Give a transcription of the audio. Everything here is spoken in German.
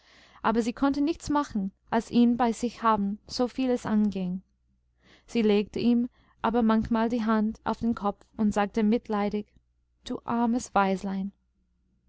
aber sie konnte nichts machen als ihn bei sich haben soviel es anging sie legte ihm aber manchmal die hand auf den kopf und sagte mitleidig du armes